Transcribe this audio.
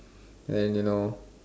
and you know